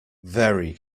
very